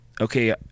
okay